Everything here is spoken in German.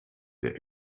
der